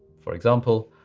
for example,